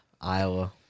Iowa